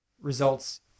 results